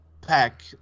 pack